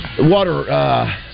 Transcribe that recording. Water